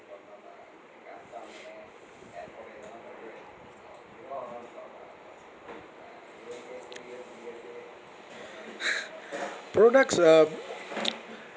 products um